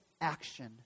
action